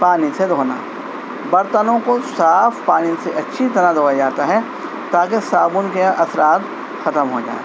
پانی سے دھونا برتنوں کو صاف پانی سے اچھی طرح دھویا جاتا ہے تاکہ صابن کے اثرات ختم ہو جائیں